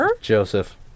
joseph